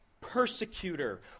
persecutor